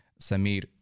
Samir